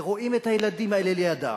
ורואים את הילדים האלה לידן.